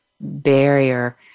barrier